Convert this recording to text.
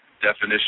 definition